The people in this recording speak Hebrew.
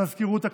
למזכירות הכנסת,